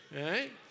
right